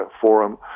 forum